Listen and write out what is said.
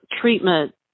treatment